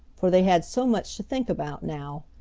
for they had so much to think about now,